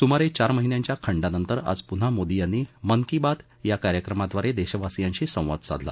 सुमारे चार महिन्यांच्या खंडानंतर आज पुन्हा मोदी यांनी मन की बातया कार्यक्रमादवारे देशवासीयांशी संवाद साधला